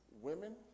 Women